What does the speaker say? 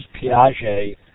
Piaget